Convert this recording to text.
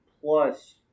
plus